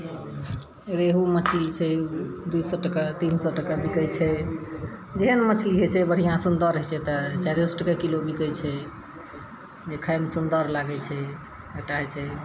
रेहु मछली छै दू सए टका तीन सए टका बिकै छै जेहन मछली हइ छै बढ़िआँ सुन्दर हइ छै तऽ चारिओ सए टके किलो बिकै छै जे खायमे सुन्दर लागै छै एकटा हइ छै